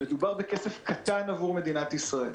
מדובר בכסף קטן עבור מדינת ישראל.